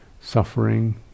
suffering